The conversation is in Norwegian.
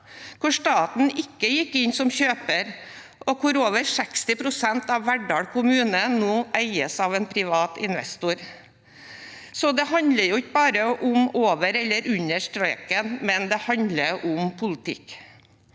hvor staten ikke gikk inn som kjøper, og hvor over 60 pst. av Verdal kommune nå eies av en privat investor. Så det handler jo ikke bare om over eller under streken, men det handler om politikk.